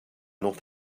north